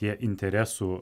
tie interesų